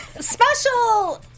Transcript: special